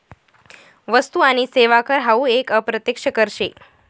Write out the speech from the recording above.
वस्तु आणि सेवा कर हावू एक अप्रत्यक्ष कर शे